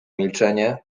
milczenie